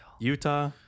Utah